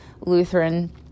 Lutheran